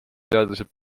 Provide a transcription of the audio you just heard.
teadlased